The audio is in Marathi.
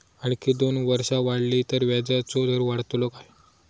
आणखी दोन वर्षा वाढली तर व्याजाचो दर वाढतलो काय?